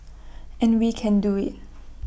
and we can do IT